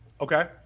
Okay